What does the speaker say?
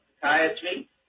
psychiatry